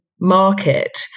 Market